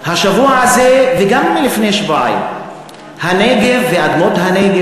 בשבוע הזה וגם לפני שבועיים הנגב ואדמות הנגב